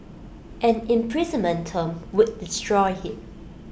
an imprisonment term would destroy him